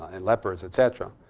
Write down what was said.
and leopards, et cetera.